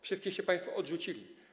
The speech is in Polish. Wszystkieście państwo odrzucili.